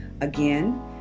Again